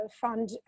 fund